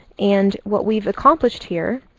and what we've accomplished here,